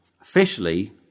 officially